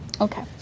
Okay